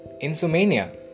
insomnia